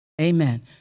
Amen